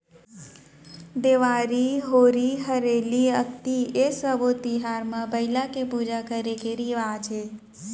देवारी, होरी हरेली, अक्ती ए सब्बे तिहार म बइला के पूजा करे के रिवाज हे